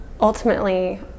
ultimately